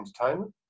entertainment